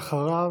ואחריו,